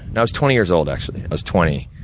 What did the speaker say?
and i was twenty years old actually, i was twenty.